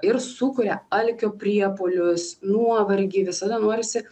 ir sukuria alkio priepuolius nuovargį visada norisi